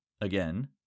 again